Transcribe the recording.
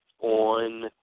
on